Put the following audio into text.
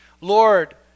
Lord